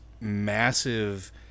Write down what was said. massive